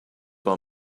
par